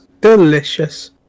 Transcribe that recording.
delicious